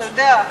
אתה יודע,